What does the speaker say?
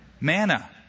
manna